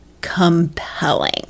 compelling